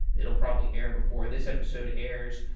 it will probably air before this episode airs.